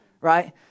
Right